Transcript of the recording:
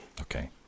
Okay